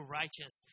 righteous